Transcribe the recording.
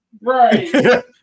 Right